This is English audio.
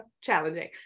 challenging